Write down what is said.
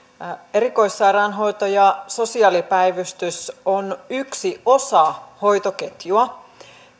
erikoissairaanhoito ja sosiaalipäivystys on yksi osa hoitoketjua